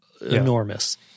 enormous